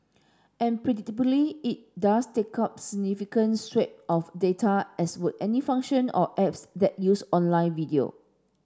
and predictably it does take up significant swath of data as would any function or apps that use online video